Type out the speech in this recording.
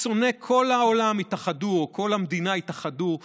קיצוני כל המדינה התאחדו.